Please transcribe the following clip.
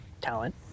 talent